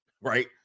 Right